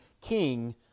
king